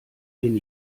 bin